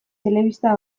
telebista